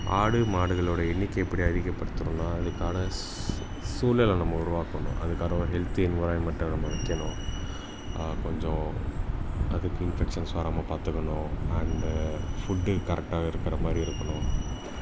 ஆடு மாடுகளுடைய எண்ணிக்கையை எப்படி அதிகப்படுத்தணுன்னால் அதுக்கான சூழல நம்ம உருவாக்கணும் அதுக்கான ஒரு ஹெல்த்தி என்விரான்மெண்ட்டை நம்ம வைக்கணும் கொஞ்சம் அதுக்கு இன்ஃபெக்ஷன்ஸ் வர்றாமல் பார்த்துக்கணும் அண்டு ஃபுட்டு கரெக்டாக இருக்கிற மாதிரி இருக்கணும்